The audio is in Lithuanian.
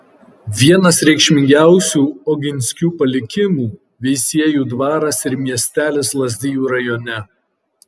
vienas reikšmingiausių oginskių palikimų veisiejų dvaras ir miestelis lazdijų rajone